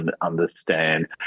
understand